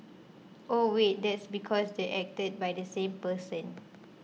oh wait that's because they acted by the same person